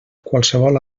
qualsevol